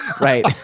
Right